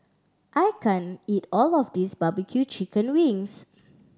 I can't eat all of this barbecue chicken wings